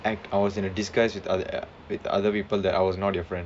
act I was in a disguise with other with other people that I was not your friend